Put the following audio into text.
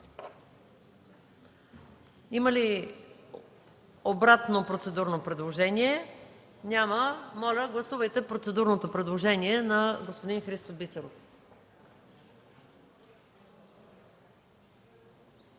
Има ли обратно процедурно предложение? Няма. Моля, гласувайте процедурното предложение на господин Христо Бисеров.